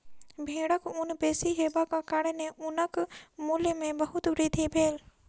भेड़क ऊन बेसी हेबाक कारणेँ ऊनक मूल्य में बहुत वृद्धि भेल